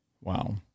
Wow